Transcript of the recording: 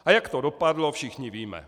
A jak to dopadlo, všichni víme.